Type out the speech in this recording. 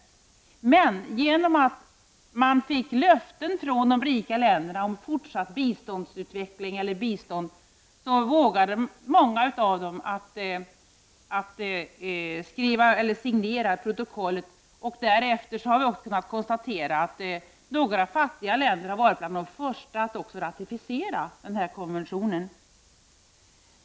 Men genom att de fick löften från de rika länderna om fortsatt bistånd vågade många av dem signera protokollet, och därefter har några fattiga länder varit bland de första att ratificera konventionen.